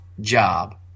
job